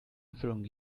erfüllung